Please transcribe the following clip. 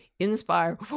Inspire